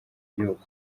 gihugu